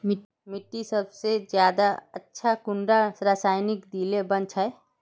मिट्टी सबसे ज्यादा अच्छा कुंडा रासायनिक दिले बन छै?